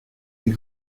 des